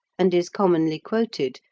and is commonly quoted,